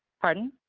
pardon?